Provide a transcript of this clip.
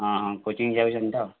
ହଁ ହଁ କୋଚିଙ୍ଗ୍ ଯାଉଛନ୍ ତ